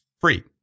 free